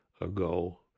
ago